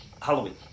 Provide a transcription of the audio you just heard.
halloween